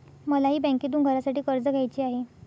मलाही बँकेतून घरासाठी कर्ज घ्यायचे आहे